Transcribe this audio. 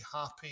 happy